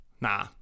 Nah